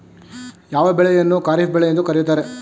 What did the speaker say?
ಯಾವ ಬೆಳೆಯನ್ನು ಖಾರಿಫ್ ಬೆಳೆ ಎಂದು ಕರೆಯುತ್ತಾರೆ?